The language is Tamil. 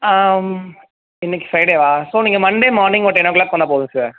இன்றைக்கி ஃப்ரைடேவா ஸோ நீங்கள் மண்டே மார்னிங் ஒரு டென் ஓ க்ளாக் வந்தால் போதும் சார்